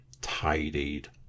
tidied